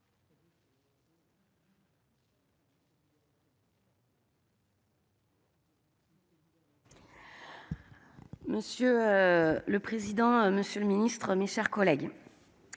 Monsieur le président, monsieur le ministre, mes chers collègues,